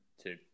two